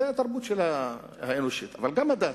זאת התרבות האנושית, אבל גם הדת.